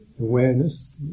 awareness